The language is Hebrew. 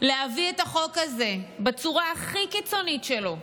להביא את החוק הזה בצורה הכי קיצונית שלו,